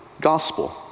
Gospel